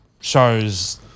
shows